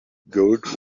gold